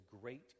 great